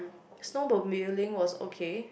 snowmobiling was okay